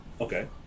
okay